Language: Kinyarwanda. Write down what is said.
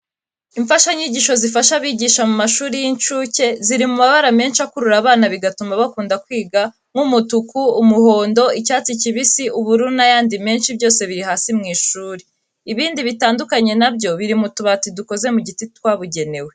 Imfashanyigisho zifasha abigisha mu mashuri y'incuke, ziri mu mabara menshi akurura abana bigatuma bakunda kwiga nk'umutuku, umuhondo, icyatsi kibisi, ubururu n'ayandi menshi byose biri hasi mu ishuri. Ibindi bitandukanye na byo biri mu tubati dukoze mu giti twabugenewe.